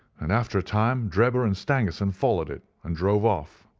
and after a time drebber and stangerson followed it, and drove off.